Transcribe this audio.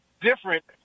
different